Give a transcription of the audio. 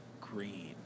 green